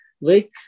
Lake